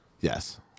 Yes